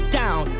down